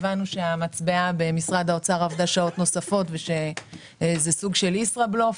הבנו שהמצבעה במשרד האוצר עבדה שעות נוספות ושזה סוג של ישראבלוף,